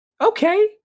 Okay